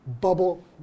bubble